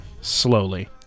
slowly